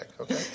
okay